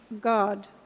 God